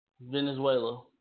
Venezuela